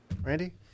Randy